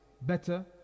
better